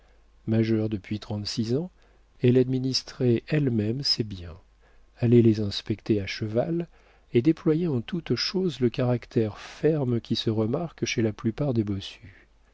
majeure depuis trente-six ans elle administrait elle-même ses biens allait les inspecter à cheval et déployait en toute chose le caractère ferme qui se remarque chez la plupart des bossus